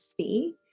see